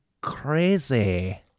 crazy